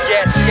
Yes